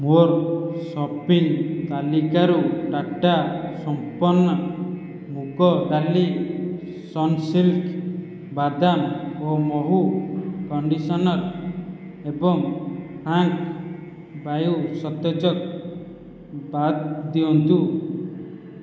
ମୋ'ର ସପିଙ୍ଗ୍ ତାଲିକାରୁ ଟାଟା ସମ୍ପନ୍ନ ମୁଗ ଡାଲି ସନସିଲ୍କ୍ ବାଦାମ ଓ ମହୁ କଣ୍ଡିସନର୍ ଏବଂ ଫ୍ରାଙ୍କ ବାୟୁ ସତେଜକ ବାଦ ଦିଅନ୍ତୁ